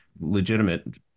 legitimate